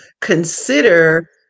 consider